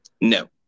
No